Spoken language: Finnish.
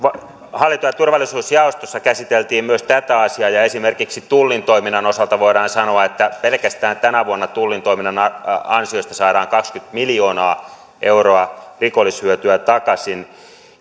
hallinto ja turvallisuusjaostossa käsiteltiin myös tätä asiaa ja esimerkiksi tullin toiminnan osalta voidaan sanoa että pelkästään tänä vuonna tullin toiminnan ansiosta saadaan kaksikymmentä miljoonaa euroa rikollishyötyä takaisin